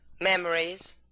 Memories